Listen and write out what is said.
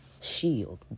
shield